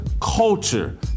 culture